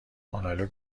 آنالوگ